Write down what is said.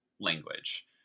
language